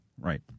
Right